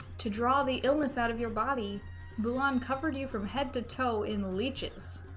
to draw the illness out of your body bulan covered you from head to toe in leeches